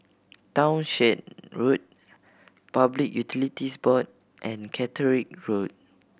Townshend Road Public Utilities Board and Caterick Road